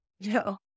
no